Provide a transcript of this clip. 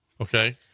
okay